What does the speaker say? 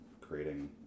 creating